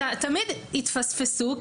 תמיד יתפספסו.